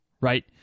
Right